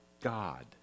God